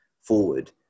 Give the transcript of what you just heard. forward